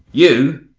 you?